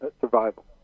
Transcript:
survival